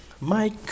Mike